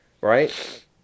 Right